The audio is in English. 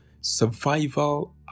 survival